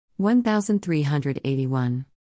1381